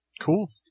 Cool